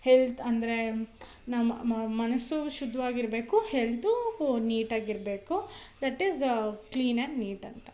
health ಅಂದರೆ ನಮ್ಮ ಮನಸ್ಸು ಶುದ್ಧವಾಗಿರ್ಬೇಕು ಹೆಲ್ತೂ ನೀಟಾಗಿರಬೇಕು that is clean and neat ಅಂತ